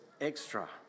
extra